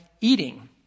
eating